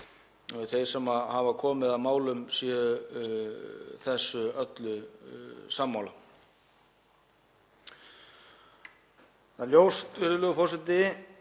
að þeir sem hafa komið að málum sé þessu öllu sammála. Það er ljóst, virðulegur forseti,